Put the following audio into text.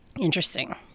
Interesting